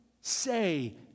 say